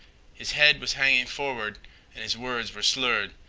his head was hanging forward and his words were slurred.